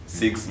six